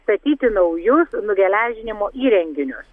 statyti naujus nugeležinimo įrenginius